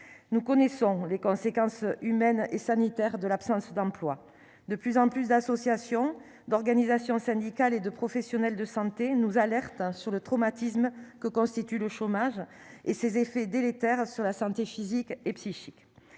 nous connaissons les conséquences humaines et sanitaires de l'absence d'emploi de plus en plus d'associations, d'organisations syndicales et de professionnels de santé nous alerte sur le traumatisme que constitue le chômage et ses effets délétères sur la santé physique et psychique,